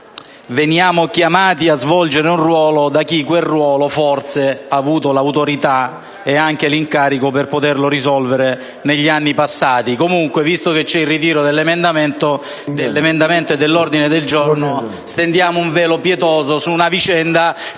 veniamo chiamati a svolgere un ruolo da chi quel ruolo forse ha avuto l'autorità e anche l'incarico per poterlo risolvere negli anni passati. Comunque, visto che c'è il ritiro dell'ordine del giorno, stendiamo un velo pietoso su una vicenda che